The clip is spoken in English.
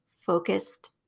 focused